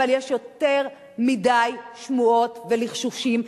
אבל יש יותר מדי שמועות ולחשושים,